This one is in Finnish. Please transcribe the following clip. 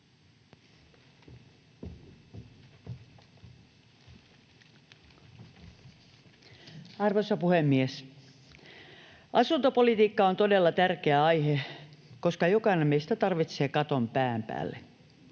Arvoisa puhemies! Asuntopolitiikka on todella tärkeä aihe, koska jokainen meistä tarvitsee katon pään päälle.